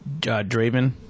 Draven